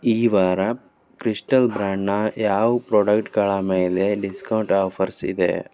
ಈ ವಾರ ಕ್ರಿಸ್ಟಲ್ ಬ್ರ್ಯಾಂಡ್ನ ಯಾವ ಪ್ರೊಡಕ್ಟ್ಗಳ ಮೇಲೆ ಡಿಸ್ಕೌಂಟ್ ಆಫರ್ಸ್ ಇದೆ